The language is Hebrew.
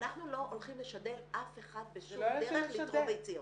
אנחנו לא הולכים לשדל אף אחד בשום דרך לתרום ביציות.